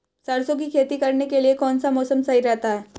सरसों की खेती करने के लिए कौनसा मौसम सही रहता है?